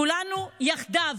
לכולנו יחדיו